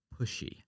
pushy